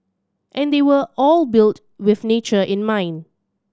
and they were all built with nature in mind